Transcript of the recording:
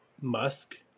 Musk